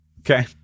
Okay